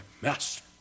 master